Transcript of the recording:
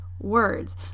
words